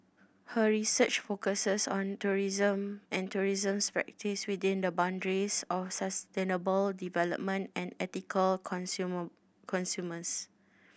her research focuses on tourism and tourism's practice within the boundaries of sustainable development and ethical consumer